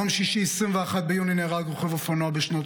ביום שישי 21 ביוני נהרג רוכב אופנוע בשנות